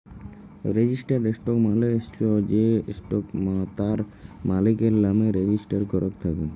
registered stock মালে চ্ছ যে স্টক তার মালিকের লামে রেজিস্টার করাক থাক্যে